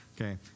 Okay